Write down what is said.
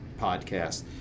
podcast